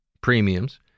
premiums